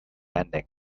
ending